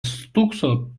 stūkso